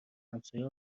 همسایه